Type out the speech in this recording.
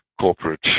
corporate